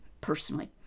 personally